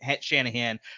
Shanahan